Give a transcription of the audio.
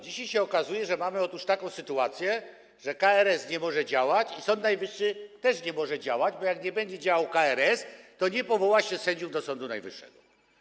Dzisiaj się okazuje, że mamy taką sytuację, że KRS nie może działać i Sąd Najwyższy też nie może działać, bo jak nie będzie działać KRS, to nie powoła się sędziów do Sądu Najwyższego.